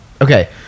okay